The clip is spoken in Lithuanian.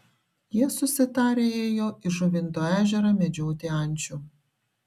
jie susitarę ėjo į žuvinto ežerą medžioti ančių